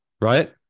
right